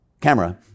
camera